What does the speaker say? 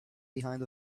behind